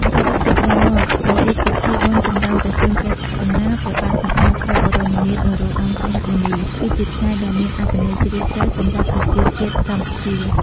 សរុបសេចក្ដីមក ព្រះរាជពិធីបុណ្យចម្រើនព្រះជន្មព្រះករុណា ព្រះបាទសម្តេច ព្រះបរមនាថ នរោត្តម សីហមុនី គឺជាថ្ងៃដ៏មានអត្ថន័យជ្រាលជ្រៅសម្រាប់ប្រជាជាតិកម្ពុជា។